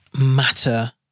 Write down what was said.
matter